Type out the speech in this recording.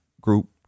group